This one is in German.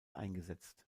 eingesetzt